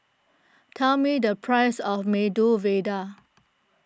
tell me the price of Medu Vada